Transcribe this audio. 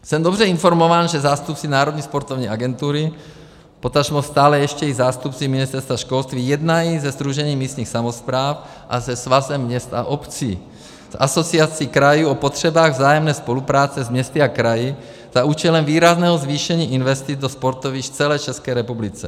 Jsem dobře informován, že zástupci Národní sportovní agentury, potažmo stále ještě i zástupci Ministerstva školství, jednají se Sdružením místních samospráv, se Svazem měst a obcí a s Asociací krajů o potřebách vzájemné spolupráce s městy a kraji za účelem výrazného zvýšení investic do sportovišť v celé České republice.